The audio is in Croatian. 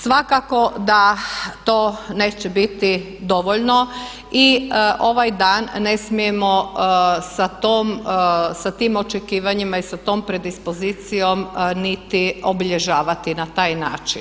Svakako da to neće biti dovoljno i ovaj dan ne smijemo sa tim očekivanjima i sa tom predispozicijom niti obilježavati na taj način.